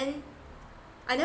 I never